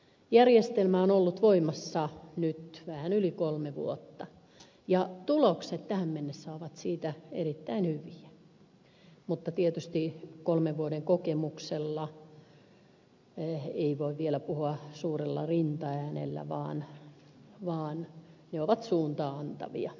järjestelmä on ollut voimassa nyt vähän yli kolme vuotta ja tulokset tähän mennessä ovat siitä erittäin hyviä mutta tietysti kolmen vuoden kokemuksella ei voi vielä puhua suurella rintaäänellä vaan kokemukset ovat suuntaa antavia